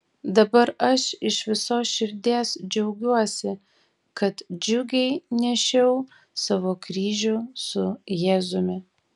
dabar aš iš visos širdies džiaugiuosi kad džiugiai nešiau savo kryžių su jėzumi